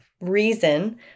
reason